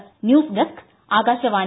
പ്ര news desk Akashvani